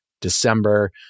December